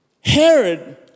Herod